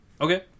Okay